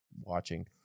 watching